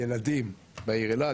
ילדים בעיר אילת,